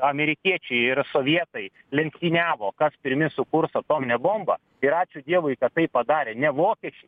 amerikiečiai ir sovietai lenktyniavo kas pirmi sukurs atominę bombą ir ačiū dievui kad tai padarė ne vokiečiai